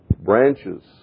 Branches